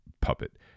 puppet